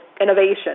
innovation